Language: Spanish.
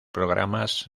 programas